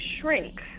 shrink